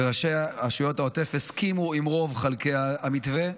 וראשי רשויות העוטף הסכימו לרוב חלקי המתווה,